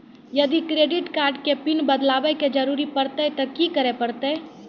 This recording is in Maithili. यदि क्रेडिट कार्ड के पिन बदले के जरूरी परतै ते की करे परतै?